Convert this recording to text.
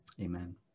Amen